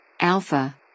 Alpha